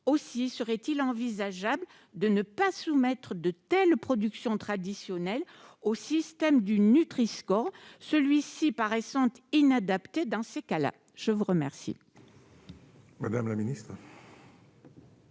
serait-il envisageable de ne pas soumettre les productions traditionnelles au système du Nutri-score, celui-ci paraissant inadapté dans ces cas-là ? La parole